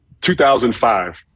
2005